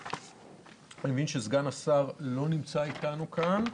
אני מבין שסגן שר הבריאות לא אתנו כאן,